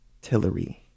Tillery